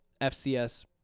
FCS